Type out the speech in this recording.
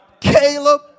Caleb